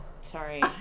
Sorry